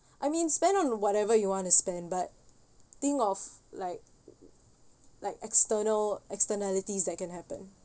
I mean spend on whatever you want to spend but think of like like external externalities that can happen